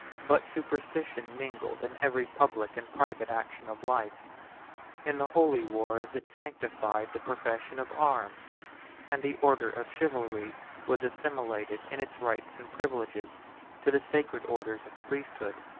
but superstition mingled in every public and private action of life in the holy wars, it sanctified the profession of arms and the order of chivalry was assimilated in its rights and privileges to the sacred orders of priesthood.